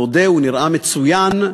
נודה, הוא נראה מצוין.